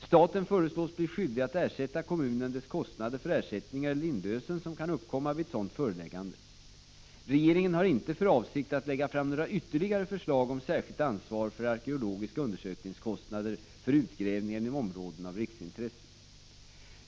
Staten föreslås bli skyldig att ersätta kommunen dess kostnader för ersättningar eller inlösen som kan uppkomma vid ett sådant föreläggande. Regeringen har inte för avsikt att lägga fram några ytterligare förslag om särskilt ansvar för arkeologiska undersökningskostnader för utgrävningar inom områden av riksintresse.